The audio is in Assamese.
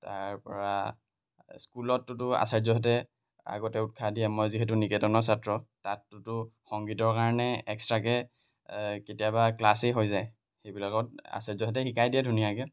তাৰপৰা স্কুলতটোতো আশ্চাৰ্যহঁতে আগতে উৎসাহ দিয়ে মই যিহেতু নিকেতনৰ ছাত্ৰ তাতটোতো সংগীতৰ কাৰণে এক্সট্ৰাকৈ কেতিয়াবা ক্লাছেই হৈ যায় সেইবিলাকত আশ্চাৰ্যহঁতে শিকাই দিয়ে ধুনীয়াকৈ